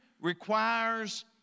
requires